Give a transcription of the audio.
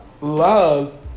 love